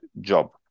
job